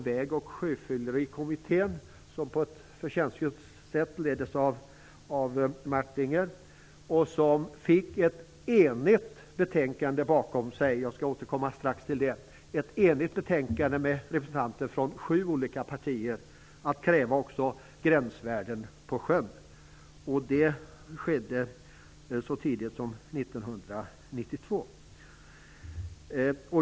Väg och sjöfyllerikommittén, som på ett förtjänstfullt sätt leddes av Jerry Martinger och som ledde till ett enigt betänkande från representanter för sju olika partier, krävde gränsvärden också på sjön. Det skedde så tidigt som 1992.